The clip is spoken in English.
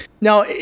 Now